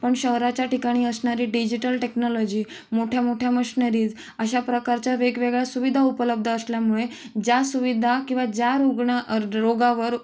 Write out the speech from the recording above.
पण शहराच्या ठिकाणी असणारी डिजिटल टेक्नॉलॉजी मोठ्यामोठ्या मशनरीज अशा प्रकारच्या वेगवेगळ्या सुविधा उपलब्ध असल्यामुळे ज्या सुविधा किंवा ज्या रुग्ण रोगावर